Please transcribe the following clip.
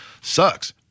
sucks